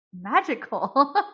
magical